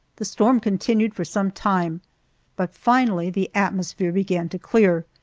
the storm continued for some time but finally the atmosphere began to clear,